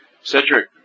Cedric